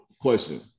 question